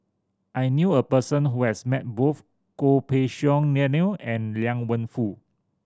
I knew a person who has met both Goh Pei Siong Daniel and Liang Wenfu